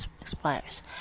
expires